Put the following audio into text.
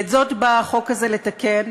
את זאת בא החוק הזה לתקן.